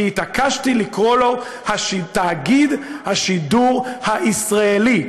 כי התעקשתי לקרוא לו "תאגיד השידור הישראלי".